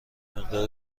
مقدار